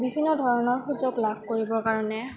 বিভিন্ন ধৰণৰ সুযোগ লাভ কৰিবৰ কাৰণে